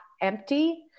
empty